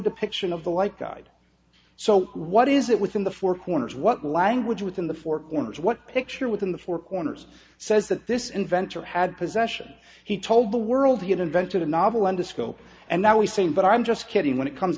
depiction of the white god so what is it within the four corners what language within the four corners what picture within the four corners says that this inventor had possession he told the world to get invented a novel under scope and now he's saying but i'm just kidding when it comes